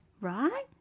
Right